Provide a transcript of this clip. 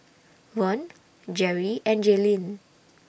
Vaughn Jerry and Jaylene